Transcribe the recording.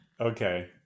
Okay